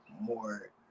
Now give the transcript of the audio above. more